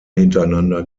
hintereinander